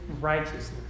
righteousness